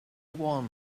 one